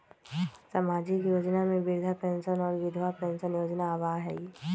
सामाजिक योजना में वृद्धा पेंसन और विधवा पेंसन योजना आबह ई?